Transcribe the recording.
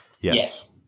Yes